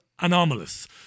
anomalous